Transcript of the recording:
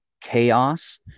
chaos